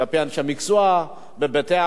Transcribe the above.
כלפי אנשי מקצוע בבתי-החולים,